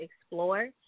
explore